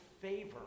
favor